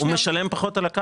הוא משלם פחות על הקרקע.